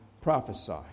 prophesy